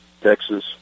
Texas